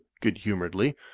good-humouredly